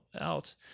out